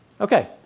Okay